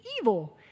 evil